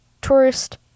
tourist